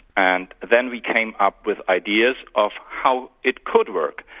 and then we came up with ideas of how it could work.